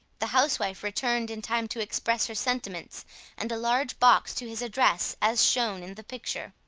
the housewife returned in time to express her sentiments and a large box to his address as shown in the picture.